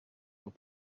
were